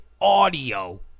audio